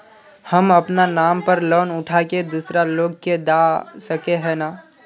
हम अपना नाम पर लोन उठा के दूसरा लोग के दा सके है ने